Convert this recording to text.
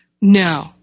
No